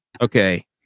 Okay